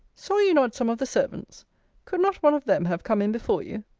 saw you not some of the servants could not one of them have come in before you?